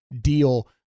deal